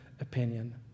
opinion